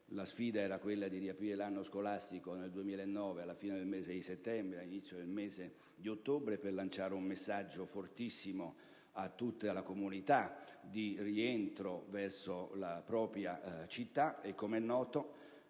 La sfida era quella di riaprire l'anno scolastico 2009-2010 alla fine del mese di settembre - inizio del mese di ottobre per lanciare un messaggio fortissimo a tutta la comunità di rientro verso la propria città e, com'è noto,